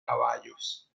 caballos